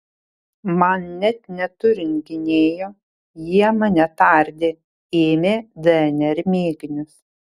man net neturint gynėjo jie mane tardė ėmė dnr mėginius